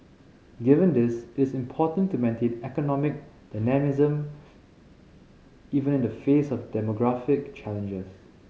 given this it is important to maintain economic dynamism even in the face of demographic challenges